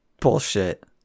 Bullshit